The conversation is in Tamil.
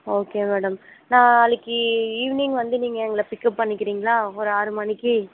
ஓகே மேடம் நாளைக்கு ஈவினிங் வந்து நீங்கள் எங்களை பிக்கப் பண்ணிக்கிறிங்களா ஒரு ஆறு மணிக்கு